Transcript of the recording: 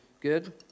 Good